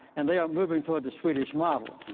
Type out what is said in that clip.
and they are moving toward the swedish model.